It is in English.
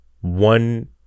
one